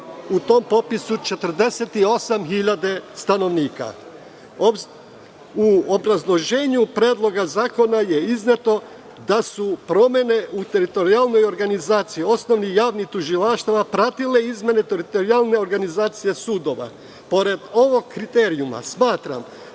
u tom popisu 48.000 stanovnika.U obrazloženju Predloga zakona je izneto da su promene u teritorijalnoj organizaciji osnovnih i javnih tužilaštava pratile izmene teritorijalne organizacije sudova. Pored ovog kriterijuma smatram